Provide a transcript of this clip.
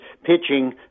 pitching